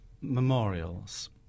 memorials